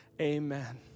amen